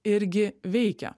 irgi veikia